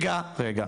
רגע, רגע.